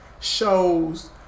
Shows